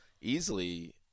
easily